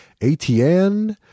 ATN